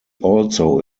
also